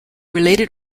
related